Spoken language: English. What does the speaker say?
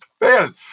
man